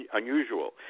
unusual